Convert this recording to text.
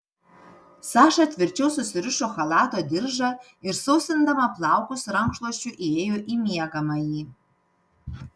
saša tvirčiau susirišo chalato diržą ir sausindama plaukus rankšluosčiu įėjo į miegamąjį